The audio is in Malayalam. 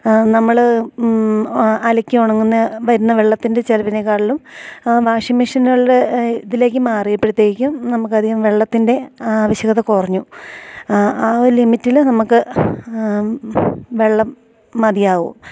നമ്മള് അലക്കി ഉണങ്ങുന്ന വരുന്ന വെള്ളത്തിൻ്റെ ചെലവിനേക്കാളിലും വാഷിംഗ് മെഷിനുകളുടെ ഇതിലേക്ക് മാറിയപ്പഴത്തേക്കും നമുക്കധികം വെള്ളത്തിൻ്റെ ആവശ്യകത കുറഞ്ഞു ആ ഒരു ലിമിറ്റില് നമുക്ക് വെള്ളം മതിയാവും